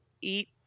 eat